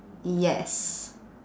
yes